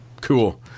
cool